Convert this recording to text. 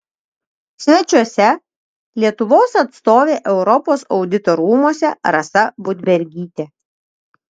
svečiuose lietuvos atstovė europos audito rūmuose rasa budbergytė